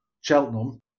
Cheltenham